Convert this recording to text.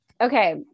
okay